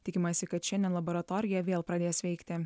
tikimasi kad šiandien laboratorija vėl pradės veikti